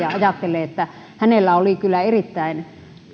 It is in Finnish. ja ajattelen että hänellä oli kyllä erittäin